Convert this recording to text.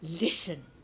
Listen